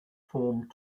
formed